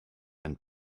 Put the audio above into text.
and